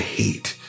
hate